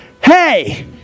hey